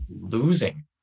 losing